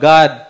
God